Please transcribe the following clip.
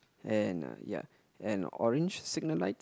and ya and orange signal light